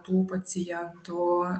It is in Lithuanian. tų pacientų